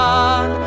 on